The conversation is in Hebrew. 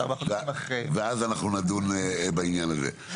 ואז אנחנו נדון בעניין הזה.